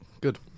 Good